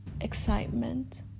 excitement